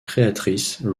créatrice